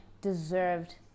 deserved